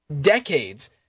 decades